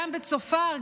גם בצופר,